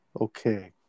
Okay